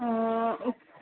okay